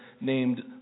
named